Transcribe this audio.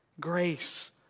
Grace